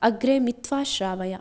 अग्रे मित्वा श्रावय